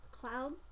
Cloud